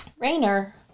Rainer